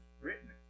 written